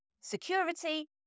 security